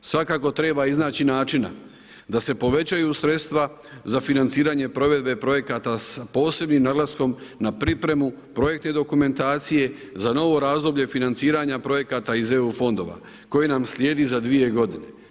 Svakako treba iznaći načina da se povećaju sredstva za financiranje provedbe projekata sa posebnim naglaskom na pripremu projektne dokumentacije, za novo razdoblje financiranja projekata iz EU fondova koji nam slijedi za 2 godine.